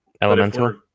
Elemental